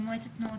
על כל מוסדות